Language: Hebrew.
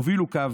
הובילו קו,